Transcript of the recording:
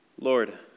Lord